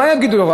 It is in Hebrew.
מה יגידו לו?